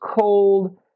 cold